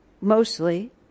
mostly